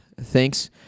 thanks